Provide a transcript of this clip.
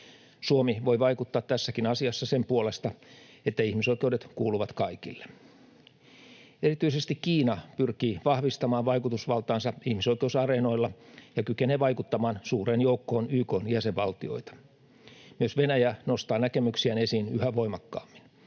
Suomi voi vaikuttaa tässäkin asiassa sen puolesta, että ihmisoikeudet kuuluvat kaikille. Erityisesti Kiina pyrkii vahvistamaan vaikutusvaltaansa ihmisoikeusareenoilla ja kykenee vaikuttamaan suureen joukkoon YK:n jäsenvaltioita. Myös Venäjä nostaa näkemyksiään esiin yhä voimakkaammin.